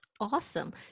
awesome